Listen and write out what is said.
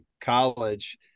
college